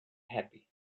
happy